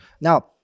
Now